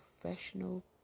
professional